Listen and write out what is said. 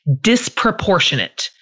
disproportionate